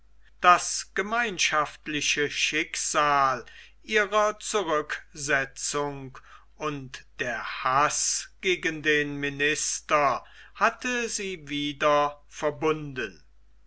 das gemeinschaftliche schicksal ihrer zurücksetzung und der haß gegen den minister hatte sie wieder verbunden